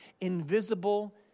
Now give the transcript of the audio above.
invisible